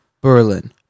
Berlin